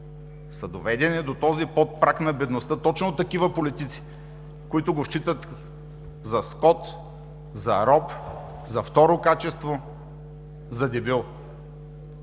са доведени до този под праг на бедността точно от такива политици, които ги считат за скот, за роб, за второ качество, за дебил.